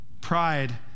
pride